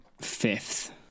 fifth